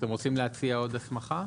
אתם רוצים להציע עוד הסמכה?